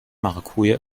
maracuja